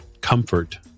comfort